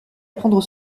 prendre